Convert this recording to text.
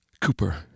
Cooper